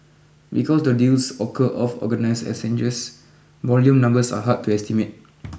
because the deals occur off organise exchanges volume numbers are hard to estimate